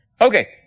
Okay